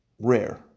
rare